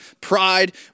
pride